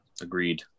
Agreed